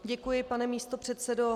Děkuji, pane místopředsedo.